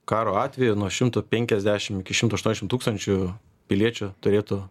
karo atveju nuo šimto penkiasdešim iki šimto aštuonešim tūkstančių piliečių turėtų